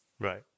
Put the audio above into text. Right